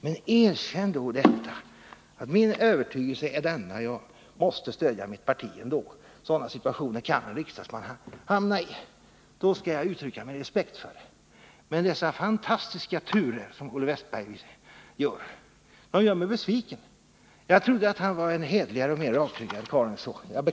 Men erkänn då: Min övertygelse är denna, men jag måste ändå stödja mitt parti. Sådana situationer kan en riksdagsman hamna i. Då skall jag uttrycka min respekt, men dessa fantastiska turer från Olle Wästberg gör mig besviken. Jag beklagar. Jag trodde att han var en hederligare och mer rakryggad karl än så.